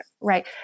right